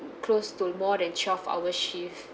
close to more than twelve hour shift